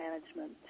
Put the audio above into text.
management